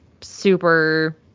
super